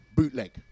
bootleg